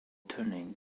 turning